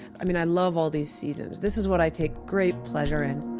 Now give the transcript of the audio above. i mean, i love all these seasons. this is what i take great pleasure in